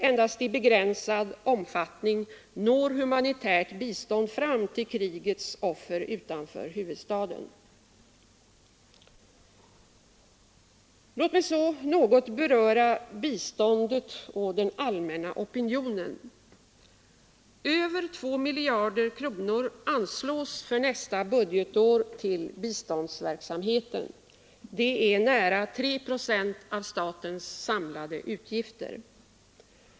Endast i begränsad omfattning når humanitärt bistånd fram till krigets offer utanför huvudstaden. Låt mig slutligen något beröra biståndet och den allmänna opinionen. Över 2 miljarder kronor anslås för nästa budgetår till biståndsverksamheten — det är nära 3 procent av statens samlade utgifter.